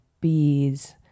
bees